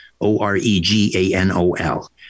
O-R-E-G-A-N-O-L